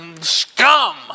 scum